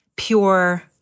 Pure